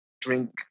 drink